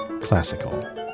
classical